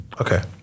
Okay